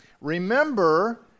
Remember